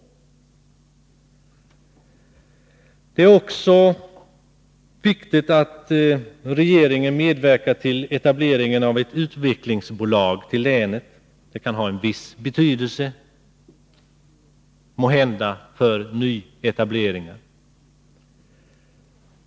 Vidare är det viktigt att regeringen medverkar till etableringen av ett utvecklingsbolag i länet, något som måhända kan få en viss betydelse för nyetableringen.